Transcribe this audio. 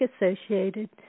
associated